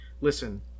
Listen